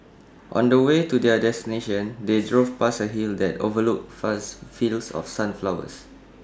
on the way to their destination they drove past A hill that overlooked vast fields of sunflowers